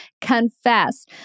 confess